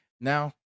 Now